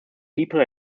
people